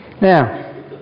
Now